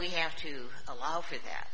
we have to allow for that